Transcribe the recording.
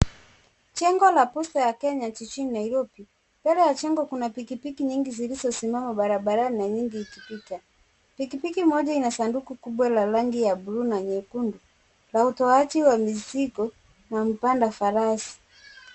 Jengo la posta ya Kenya jijini Nairobi. Mbele ya jengo kuna pikipiki nyingi zilizosimama barabarani na nyingi ikipita. Pikipiki moja ina sanduku kubwa la rangi ya bluu na nyekundu na utoaji wa mizigo na mpanda farasi.